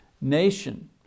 nation